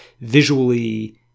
visually